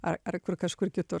ar ar kur kažkur kitur